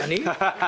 לא הבנתי.